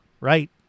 right